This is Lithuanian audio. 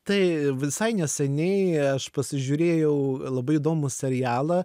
tai visai neseniai aš pasižiūrėjau labai įdomų serialą